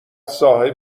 صاحب